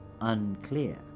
unclear